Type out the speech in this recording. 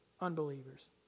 unbelievers